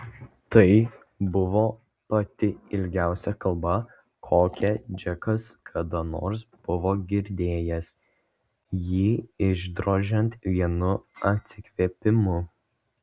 tai buvo pati ilgiausia kalba kokią džekas kada nors buvo girdėjęs jį išdrožiant vienu atsikvėpimu